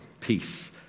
peace